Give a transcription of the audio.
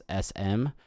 SM